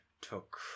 took